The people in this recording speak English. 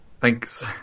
Thanks